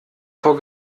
vor